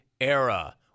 era